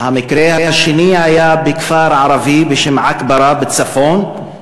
המקרה השני היה בכפר ערבי בשם עכברה בצפון,